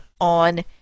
on